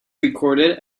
recorded